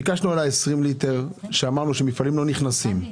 ביקשנו על ה-20 ליטר שאמרנו שמפעלים לא נכנסים,